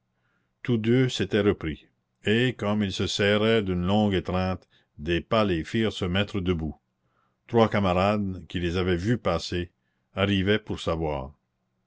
tous deux s'étaient repris et comme ils se serraient d'une longue étreinte des pas les firent se mettre debout trois camarades qui les avaient vus passer arrivaient pour savoir